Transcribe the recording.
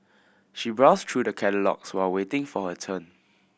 she browsed through the catalogues while waiting for her turn